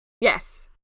yes